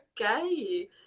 okay